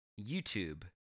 YouTube